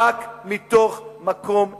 רק מתוך מקום אחד: